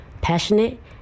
passionate